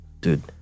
dude